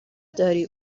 داری